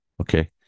Okay